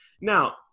now